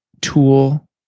tool